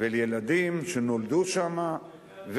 ואל ילדים שנולדו שם,